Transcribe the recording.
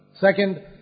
Second